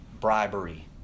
bribery